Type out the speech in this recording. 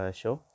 show